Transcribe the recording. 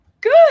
Good